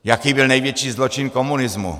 Jaký byl největší zločin komunismu?